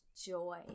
joy